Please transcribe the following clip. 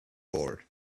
board